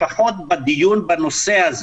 לפחות בדיון בנושא הזה.